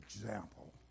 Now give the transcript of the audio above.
example